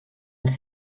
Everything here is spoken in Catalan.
els